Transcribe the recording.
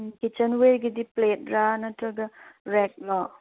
ꯎꯝ kitchen ꯌꯦꯌꯔꯗꯤ ꯄ꯭ꯂꯦꯠꯂ ꯅꯠꯇ꯭ꯔꯒ ꯔꯦꯛꯂꯣ